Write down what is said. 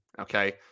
Okay